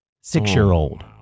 six-year-old